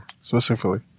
specifically